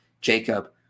Jacob